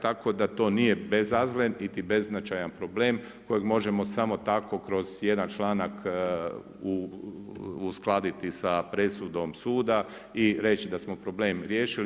Tako da to nije bezazlen niti beznačajan problem kojeg možemo samo tako kroz jedan članak uskladiti sa presudom suda i reći da smo problem riješili.